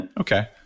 Okay